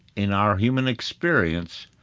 in our human experience,